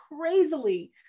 crazily